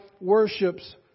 worships